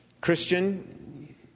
Christian